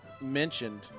mentioned